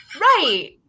Right